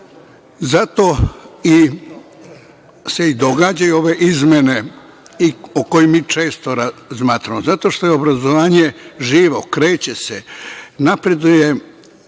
se i događaju ove izmene o kojima mi često razmatramo, zato što je obrazovanje živo, kreće se, napreduju